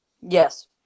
Yes